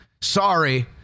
Sorry